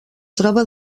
troba